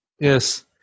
Yes